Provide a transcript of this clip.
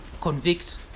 convict